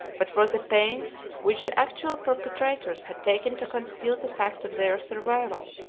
but for the pains which the actual perpetrators had taken to conceal the fact of their survival,